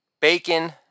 bacon